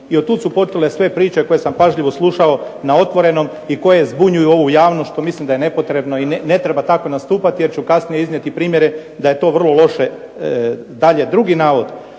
I od tud su počele sve priče koje sam pažljivo slušao na "Otvorenom" i koje zbunjuju ovu javnost, što mislim da je nepotrebno i ne treba tako nastupati jer ću kasnije iznijeti primjere da je to vrlo loše. Dalje, drugi navod,